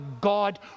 God